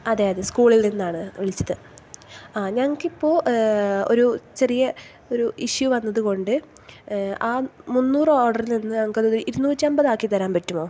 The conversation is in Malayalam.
അതേ അതേ സ്കൂളിൽ നിന്നാണ് വിളിച്ചത് ഞങ്ങൾക്കിപ്പോൾ ഒരു ചെറിയ ഒരു ഇഷ്യൂ വന്നതുകൊണ്ട് ആ മുന്നൂർ ഓർഡറിൽ നിന്ന് ഞങ്ങൾക്ക് അതൊന്ന് ഒരു ഇരുന്നുറ്റി അൻപത് ആക്കിത്തരാൻ പറ്റുമോ